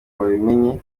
babimenye